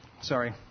Sorry